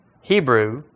Hebrew